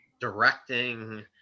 directing